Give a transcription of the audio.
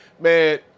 man